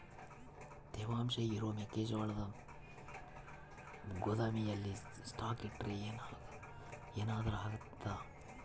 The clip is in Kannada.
ತೇವಾಂಶ ಇರೋ ಮೆಕ್ಕೆಜೋಳನ ಗೋದಾಮಿನಲ್ಲಿ ಸ್ಟಾಕ್ ಇಟ್ರೆ ಏನಾದರೂ ಅಗ್ತೈತ?